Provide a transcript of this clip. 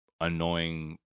annoying